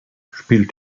spielt